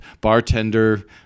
bartender